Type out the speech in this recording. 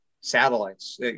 satellites